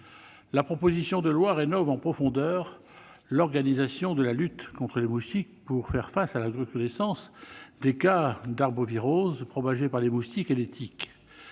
La proposition de loi rénove en profondeur l'organisation de la lutte contre les moustiques pour faire face à la recrudescence des cas d'arbovirose propagée par les moustiques et les tiques.